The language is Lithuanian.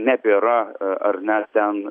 nebėra ar ne ten